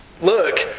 Look